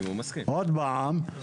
עוד פעם,